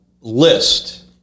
list